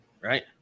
right